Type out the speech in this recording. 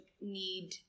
need